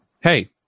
hey